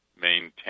maintain